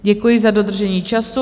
Děkuji za dodržení času.